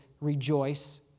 rejoice